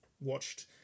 watched